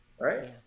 right